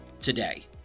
today